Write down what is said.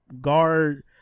guard